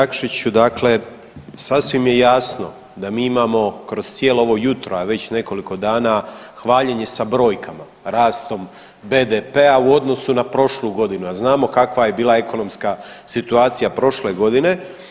Kolega Jakšiću, dakle sasvim je jasno da mi imamo kroz cijelo ovo jutro, a i već nekoliko dana hvaljenje sa brojkama, rastom BDP-a u odnosu na prošlu godinu, a znamo kakva je bila ekonomska situacija prošle godine.